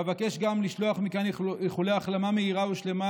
אבקש גם לשלוח מכאן איחולי החלמה מהירה ושלמה